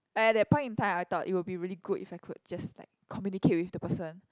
I at that point in time I thought it would be really good if I could just like communicate with the person